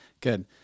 Good